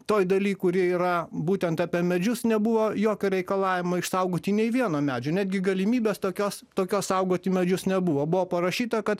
toj daly kuri yra būtent apie medžius nebuvo jokio reikalavimo išsaugoti nei vieno medžio netgi galimybės tokios tokios saugoti medžius nebuvo buvo parašyta kad